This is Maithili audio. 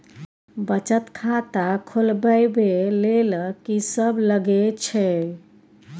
बचत खाता खोलवैबे ले ल की सब लगे छै?